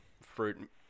fruit